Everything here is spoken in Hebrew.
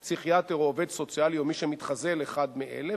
"פסיכיאטר" או "עובד סוציאלי" או מי שמתחזה לאחד מאלה,